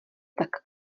tak